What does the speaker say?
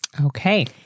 Okay